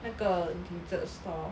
那个 dessert store